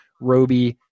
Roby